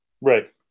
Right